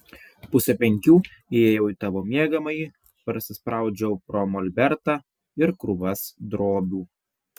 pusę penkių įėjau į tavo miegamąjį prasispraudžiau pro molbertą ir krūvas drobių